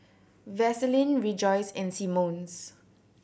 Vaseline Rejoice and Simmons